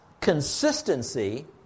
consistency